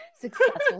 successful